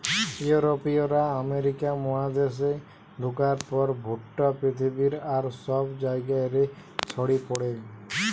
ইউরোপীয়রা আমেরিকা মহাদেশে ঢুকার পর ভুট্টা পৃথিবীর আর সব জায়গা রে ছড়ি পড়ে